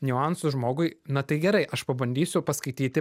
niuansus žmogui na tai gerai aš pabandysiu paskaityti